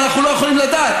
אבל אנחנו לא יכולים לדעת,